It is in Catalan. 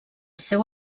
seu